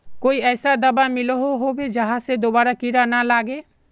कोई ऐसा दाबा मिलोहो होबे जहा से दोबारा कीड़ा ना लागे?